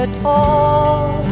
tall